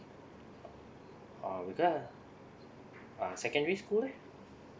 oh becau~ ah secondary school leh